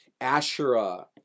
Asherah